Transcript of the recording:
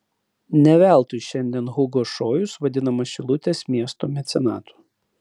ne veltui šiandien hugo šojus vadinamas šilutės miesto mecenatu